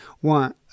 one